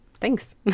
thanks